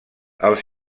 els